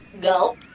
Go